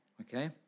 okay